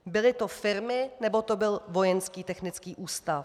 Byly to firmy, nebo to byl Vojenský technický ústav?